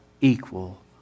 equal